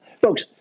Folks